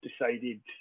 decided